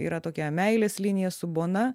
yra tokia meilės linija su bona